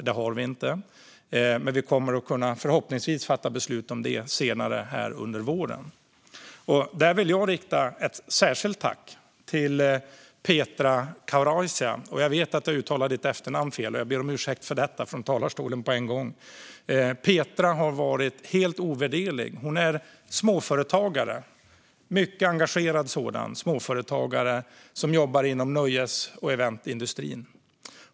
Det har vi inte, men vi kommer förhoppningsvis att kunna fatta beslut om det senare under våren. Jag vill rikta ett särskilt tack till Petra Kauraisa. Jag vet att jag uttalar ditt efternamn fel, Petra, och ber om ursäkt för detta från talarstolen på en gång. Petra har varit helt ovärderlig. Hon är småföretagare - en mycket engagerad sådan - som jobbar inom nöjes och eventindustrin.